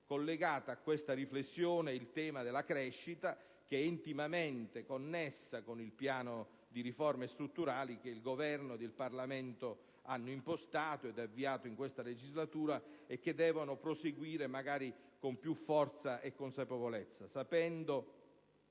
collegata a questa riflessione il tema della crescita che è intimamente connesso con il piano di riforme strutturali che il Governo e il Parlamento hanno impostato ed avviato in questa legislatura e che devono proseguire, magari con più forza e consapevolezza, sapendo